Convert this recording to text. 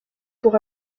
pour